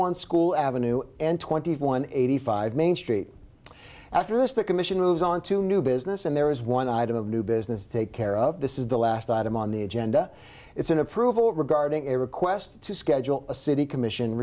one school avenue and twenty one eighty five main street after this the commission moves on to new business and there is one item of new business to take care of this is the last item on the agenda it's an approval regarding a request to schedule a city commission